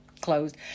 closed